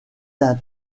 d’un